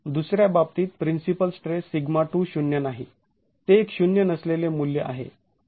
दुसऱ्या बाबतीत principal stress σ2 शून्य नाही ते एक शून्य नसलेले मूल्य आहे